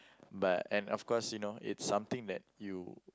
but and of course you know it's something that you